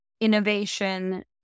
innovation